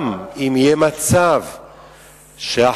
גם אם יהיה מצב שה"חמאס"